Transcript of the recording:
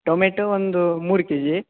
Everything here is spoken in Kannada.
ಟೊಮೆಟೊ ಒಂದು ಮೂರು ಕೆ ಜಿ